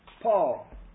Paul